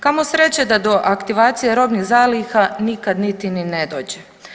Kamo sreće da do aktivacije robnih zaliha nikada niti ni ne dođe.